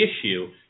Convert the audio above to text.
issue